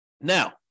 Now